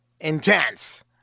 Intense